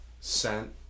Scent